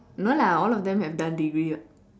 no lah all of them have done degree what